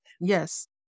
Yes